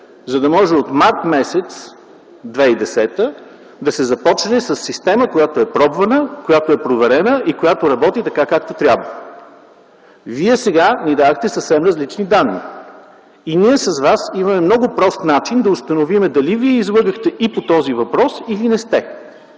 за да може от м. март 2010 г. да се започне със система, която е пробвана, която е проверена, и която работи така както трябва. Вие сега ни дадохте съвсем различни данни и ние с Вас имаме много прост начин да установим дали Вие излъгахте и по този въпрос или не сте.